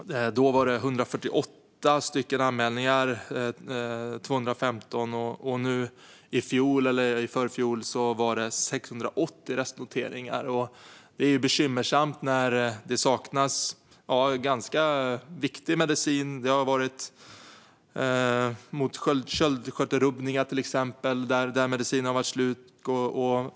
Då var det 148 anmälningar om 215 läkemedel. Nu i förfjol var det 680 restnoteringar. Det är bekymmersamt när det saknas ganska viktig medicin. Medicinen mot sköldkörtelrubbningar har till exempel varit slut.